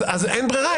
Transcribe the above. אז אין ברירה,